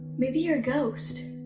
maybe you're a ghost!